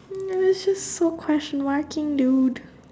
mm this is so question marking dude